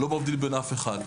לא מבדיל בין אף אחד,